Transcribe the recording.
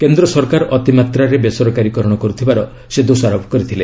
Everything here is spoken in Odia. କେନ୍ଦ୍ର ସରକାର ଅତିମାତ୍ରାରେ ବେସରକାରୀ କରଣ କର୍ତ୍ତିବାର ସେ ଦୋଷାରୋପ କରିଥିଲେ